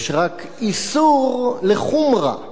יש רק איסור לחומרה,